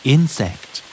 Insect